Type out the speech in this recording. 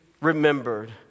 remembered